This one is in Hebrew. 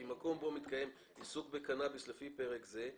מקום בו מתקיים עיסוק בקנאביס לפי פרק זה,